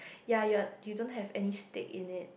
ya you're you don't have any stake in it